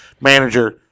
manager